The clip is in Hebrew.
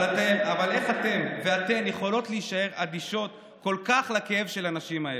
אבל איך אתם ואתן יכולות להישאר אדישות כל כך לכאב של הנשים האלה?